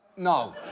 no.